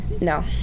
No